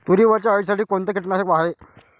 तुरीवरच्या अळीसाठी कोनतं कीटकनाशक हाये?